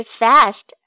fast